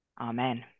Amen